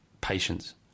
patience